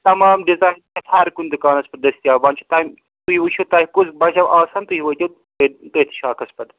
تَمام ڈِزایِن چھِ ہر کُنہِ دُکانَس پٮ۪ٹھ دٔستیاب وۅنۍ چھُ تۅہہِ تُہۍ وُچھِو تۄہہِ کُس بجو آسان تُہۍ وٲتِو تٔتھۍ تٔتھۍ شاکَس پتہٕ